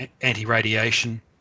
anti-radiation